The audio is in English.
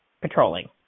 patrolling